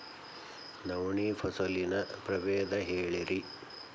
ನವಣಿ ಫಸಲಿನ ಪ್ರಭೇದ ಹೇಳಿರಿ